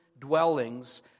dwellings